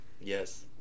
Yes